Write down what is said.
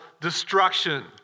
destruction